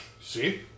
see